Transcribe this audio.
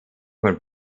von